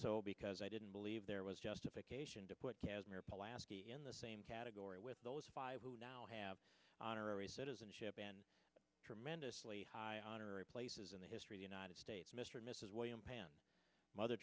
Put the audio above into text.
so because i didn't believe there was justification to put casmir polanski in the same category with those who now have honorary citizenship and tremendously high honor at places in the history of united states mr and mrs william penn mother